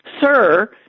sir